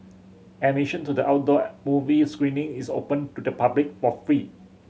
admission to the outdoor movie screening is open to the public for free